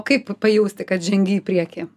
o kaip pajausti kad žengi į priekį